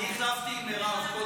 לא, לא, אתה טועה, אני החלפתי עם מירב.